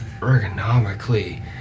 ergonomically